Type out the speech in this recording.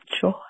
joy